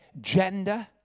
gender